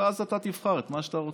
ואז אתה תבחר את מה שאתה רוצה.